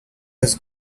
has